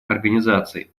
организаций